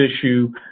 issue